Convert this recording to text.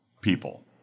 people